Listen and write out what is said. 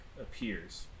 appears